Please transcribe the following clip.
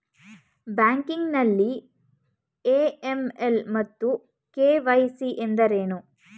Banking ನಲ್ಲಿ AML ಮತ್ತು KYC ಎಂದರೇನು?